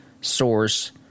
source